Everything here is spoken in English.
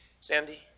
Sandy